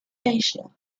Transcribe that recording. asia